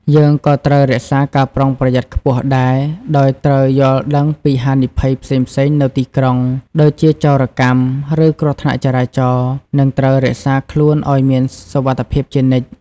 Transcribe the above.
យើងក៏ត្រូវរក្សាការប្រុងប្រយ័ត្នខ្ពស់ដែរ ដោយត្រូវយល់ដឹងពីហានិភ័យផ្សេងៗនៅទីក្រុង ដូចជាចោរកម្ម ឬគ្រោះថ្នាក់ចរាចរណ៍ និងត្រូវរក្សាខ្លួនឲ្យមានសុវត្ថិភាពជានិច្ច។